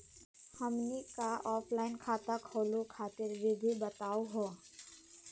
हमनी क ऑफलाइन खाता खोलहु खातिर विधि बताहु हो?